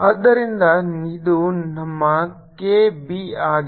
ಆದ್ದರಿಂದ ಇದು ನಮ್ಮ K b ಆಗಿದೆ